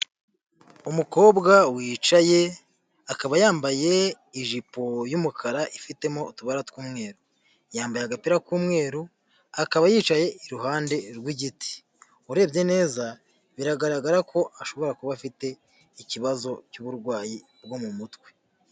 Umukobwa wicaye akaba yambaye ijipo y'umukara ifitemo utubara tw'umweru, yambaye agapira k'umweru akaba yicaye iruhande rw'igiti, urebye neza biragaragara ko ashobora kuba afite ikibazo cy'uburwayi bwo mu mutwe.